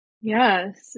Yes